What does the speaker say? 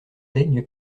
daigne